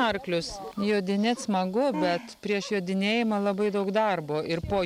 arklius jodinėt smagu bet prieš jodinėjimą labai daug darbo ir po